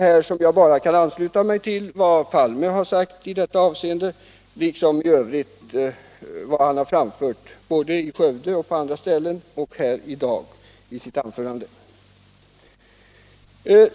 Här kan jag bara ansluta mig till vad Olof Palme har sagt i detta avseende, i Skövde och på andra håll liksom här i dag.